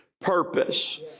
purpose